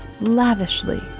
lavishly